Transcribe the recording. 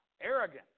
Arrogant